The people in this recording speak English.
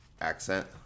accent